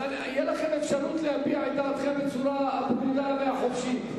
תהיה לכם אפשרות להביע את דעתכם בצורה ברורה וחופשית.